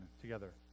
together